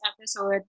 episode